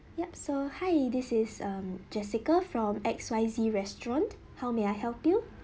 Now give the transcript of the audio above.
yup so hi this is um jessica from X Y Z restaurant how may I help you